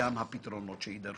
גם הפתרונות שיידרשו.